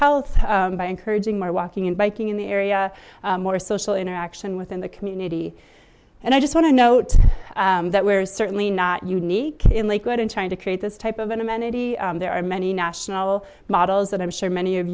health by encouraging more walking and biking in the area more social interaction within the community and i just want to note that we're certainly not unique in lakewood and trying to create this type of an amenity there are many national models that i'm sure many of